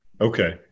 Okay